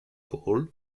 paul